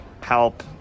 help